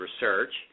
research